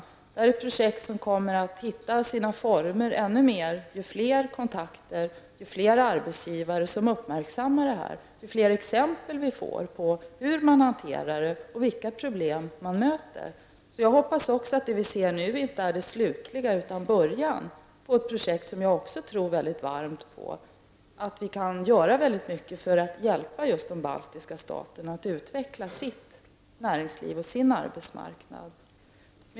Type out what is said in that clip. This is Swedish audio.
Detta är ett projekt som kommer att hitta sina former ännu mer ju fler kontakter som uppstår, ju fler arbetsgivare som uppmärksammar den här verksamheten och ju fler exempel vi får på hur man hanterar detta och vilka problem man möter. Jag hoppas därför att det vi ser nu inte är det slutliga, utan början på ett projekt som också jag tror väldigt varmt på som ett sätt för oss att göra mycket för att hjälpa de baltiska staterna att utveckla sitt näringsliv och sin arbetsmarknad.